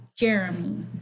Jeremy